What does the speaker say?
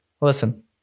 listen